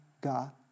God